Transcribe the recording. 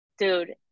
Dude